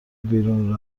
بیرون